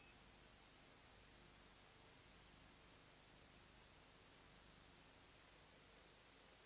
Grazie,